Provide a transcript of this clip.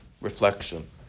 reflection